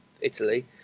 Italy